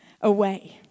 away